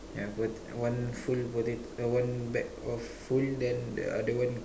yeah both one full potato one bag of full then the other one